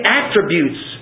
attributes